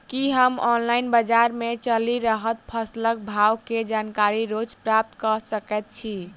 की हम ऑनलाइन, बजार मे चलि रहल फसलक भाव केँ जानकारी रोज प्राप्त कऽ सकैत छी?